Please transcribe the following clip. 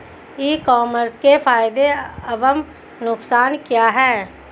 ई commerce के फायदे एवं नुकसान क्या हैं?